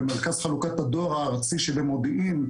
במרכז חלוקת הדואר הארצי שבמודיעין,